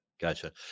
Gotcha